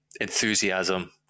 enthusiasm